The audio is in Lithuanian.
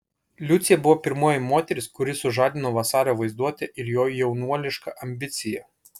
liucė buvo pirmoji moteris kuri sužadino vasario vaizduotę ir jo jaunuolišką ambiciją